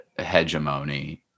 hegemony